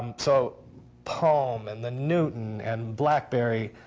and so palm and then newton and blackberry.